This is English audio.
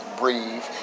breathe